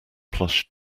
plush